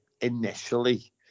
initially